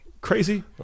Crazy